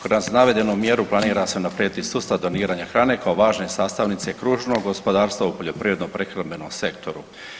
Kroz navedenu mjeru planira se unaprijediti sustav doniranja hrane kao važne sastavnice kružnog gospodarstva u poljoprivredno-prehrambenom sektoru.